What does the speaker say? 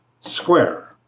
square